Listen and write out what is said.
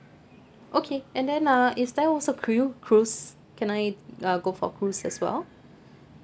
okay and then uh is there also crui~ cruise can I uh go for cruise as well